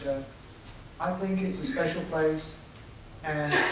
i think and it's a special place and